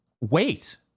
Wait